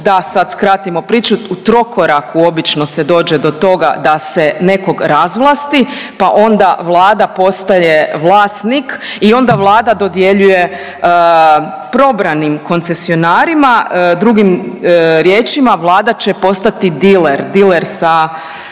da sad skratimo priču, u trokoraku obično se dođe do toga da se nekog razvlasti, pa onda Vlada postaje vlasnik i onda Vlada dodjeljuje probranim koncesionarima, drugim riječima, Vlada će postati diler, diler sa